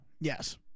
Yes